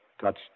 touched